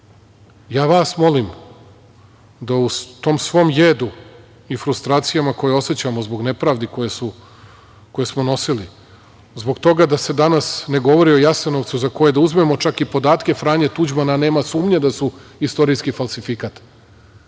ja vas molim da u tom svom jedu i frustracijama koje osećamo zbog nepravdi koje smo nosili, zbog toga da se danas ne govori o Jasenovcu, za koje čak da uzmemo i podatke Franje Tuđmana, nema sumnje da su istorijski falsifikat,